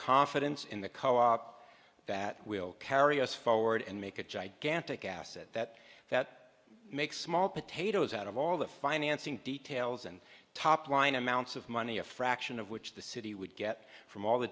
confidence in the co op that will carry us forward and make a gigantic asset that that makes small potatoes out of all the financing details and top line amounts of money a fraction of which the city would get from all the